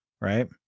right